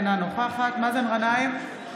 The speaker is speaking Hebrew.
אינה נוכחת מאזן גנאים,